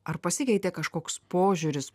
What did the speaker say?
ar pasikeitė kažkoks požiūris